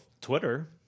Twitter